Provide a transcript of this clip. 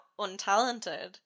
untalented